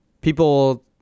people